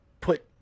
put